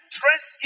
dress